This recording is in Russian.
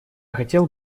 хотел